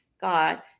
god